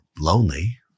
lonely